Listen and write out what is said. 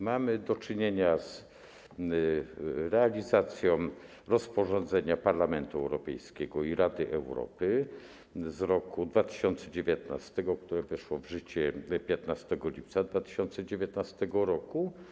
Mamy do czynienia z realizacją rozporządzenia Parlamentu Europejskiego i Rady Europy z roku 2019, które weszło w życie 15 lipca 2019 r.